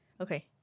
Okay